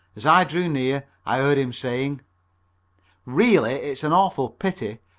as i drew near i heard him saying really it's an awful pity,